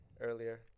earlier